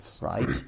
right